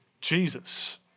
Jesus